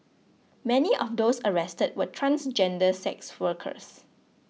many of those arrested were transgender sex workers